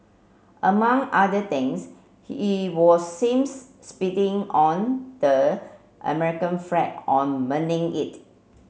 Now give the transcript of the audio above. among other things he was seems spitting on the American flag on burning it